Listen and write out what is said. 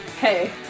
Hey